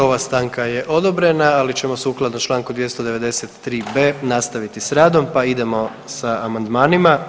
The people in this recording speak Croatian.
I ova stanka je odobrena, ali ćemo sukladno čl. 293.b nastaviti s radom, pa idemo sa amandmanima.